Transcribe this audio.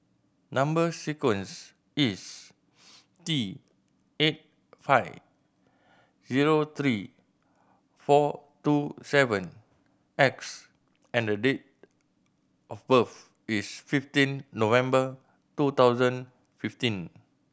number sequence is T eight five zero three four two seven X and the date of birth is fifteen November two thousand fifteen